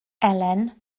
elen